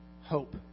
hope